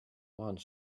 one